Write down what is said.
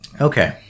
Okay